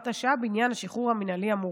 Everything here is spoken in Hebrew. השעה בעניין השחרור המינהלי המורחב.